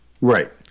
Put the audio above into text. Right